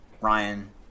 Ryan